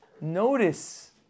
Notice